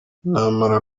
namara